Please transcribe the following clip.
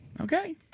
Okay